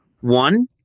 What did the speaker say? One